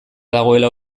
dagoela